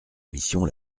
mission